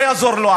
לא יעזור לו.